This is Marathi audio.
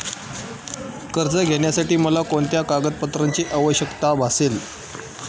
कर्ज घेण्यासाठी मला कोणत्या कागदपत्रांची आवश्यकता भासेल?